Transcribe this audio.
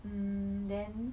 mm then